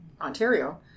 Ontario